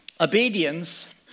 obedience